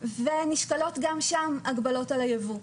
ונשקלות גם שם הגבלות על היבוא.